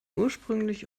ursprünglich